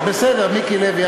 בסדר, מיקי לוי.